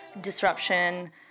disruption